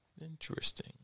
Interesting